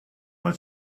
mae